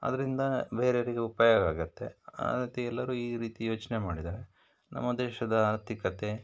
ಅದರಿಂದ ಬೇರೆಯವರಿಗೆ ಉಪಯೋಗ ಆಗುತ್ತೆ ಆ ರೀತಿ ಎಲ್ಲರೂ ಈ ರೀತಿ ಯೋಚನೆ ಮಾಡಿದರೆ ನಮ್ಮ ದೇಶದ ಆರ್ಥಿಕತೆ